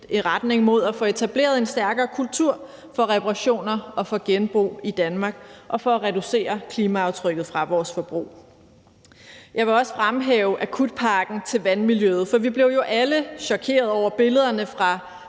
i retning mod at få etableret en stærkere kultur for reparationer og for genbrug i Danmark, og for at reducere klimaaftrykket fra vores forbrug. Jeg vil også fremhæve akutpakken til vandmiljøet. For vi blev jo alle chokerede over billederne fra